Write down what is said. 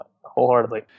wholeheartedly